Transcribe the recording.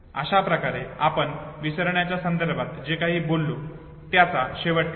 अशा प्रकारे आपण विसरण्याच्या संदर्भात जे काही बोललो त्याचा शेवट करूया